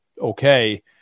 okay